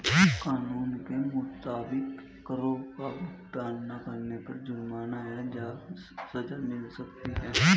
कानून के मुताबिक, करो का भुगतान ना करने पर जुर्माना या सज़ा मिल सकती है